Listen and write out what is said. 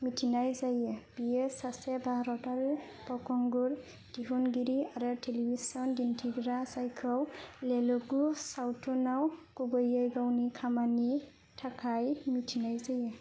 मिथिनाय जायो बियो सासे भारतारि फावखुंगुर दिहुनगिरि आरो टेलेभिसन दिन्थिग्रा जायखौ टेलुगु सावथुनाव गुबैयै गावनि खामानिनि थाखाय मिथिनाय जायो